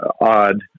odd